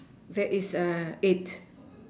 there is err eight